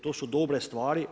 To su dobre stvari.